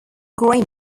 grey